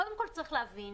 קודם כול' צריך להבין,